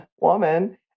woman